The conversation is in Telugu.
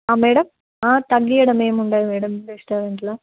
మేడం ఆ తగ్గించడం ఏమి ఉండదు మేడం రెస్టారెంట్లో